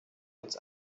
uns